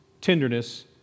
tenderness